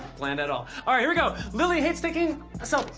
planned at all. all right. here we go. lilly hates taking selfies.